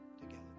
together